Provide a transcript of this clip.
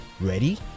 Ready